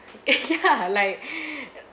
yeah like